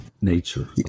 nature